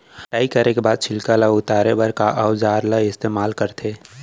कटाई करे के बाद छिलका ल उतारे बर का औजार ल इस्तेमाल करथे?